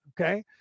Okay